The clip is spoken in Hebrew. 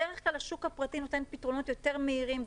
בדרך כלל השוק הפרטי נותן פתרונות יותר מהירים,